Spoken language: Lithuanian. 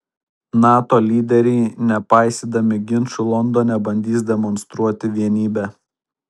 nato lyderiai nepaisydami ginčų londone bandys demonstruoti vienybę